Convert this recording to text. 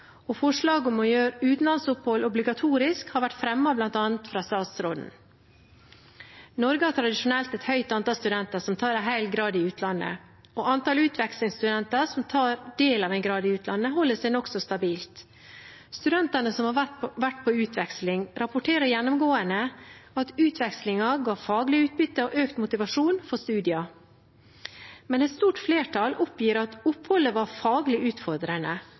og forslag om å gjøre utenlandsopphold obligatorisk har vært fremmet bl.a. fra statsråden. Norge har tradisjonelt et høyt antall studenter som tar en hel grad i utlandet, og antallet utvekslingsstudenter som tar en del av en grad i utlandet, holder seg nokså stabilt. Studentene som har vært på utveksling, rapporterer gjennomgående at utvekslingen ga faglig utbytte og økt motivasjon for studiene, men et stort flertall oppgir at oppholdet var faglig utfordrende.